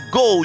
go